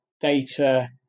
data